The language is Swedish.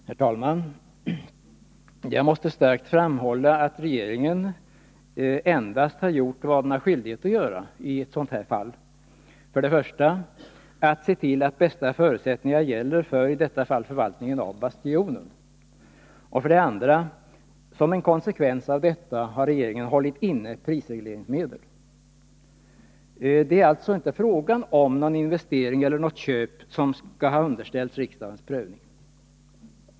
Herr talman! Jag måste starkt framhålla att regeringen endast gjort vad den i ett sådant här fall har skyldighet att göra. Den har för det första sett till att bästa förutsättningar råder för förvaltningen, i detta fall av Bastionen. För det andra har regeringen som en konsekvens av detta hållit inne prisregleringsmedel. Det är alltså inte fråga om något köp som borde ha underställts riksdagens prövning.